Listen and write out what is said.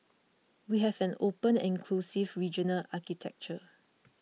we have an open and inclusive regional architecture